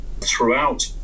throughout